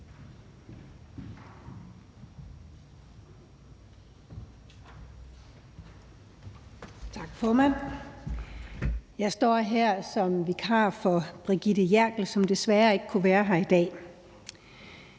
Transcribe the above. Tak, formand. Jeg står her som vikar for Brigitte Klintskov Jerkel, som desværre ikke kunne være her i dag.